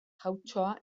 jauntxoa